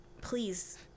please